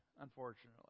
unfortunately